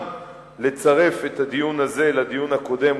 לצרף את הדיון הזה לדיון הקודם,